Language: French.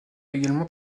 également